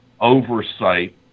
oversight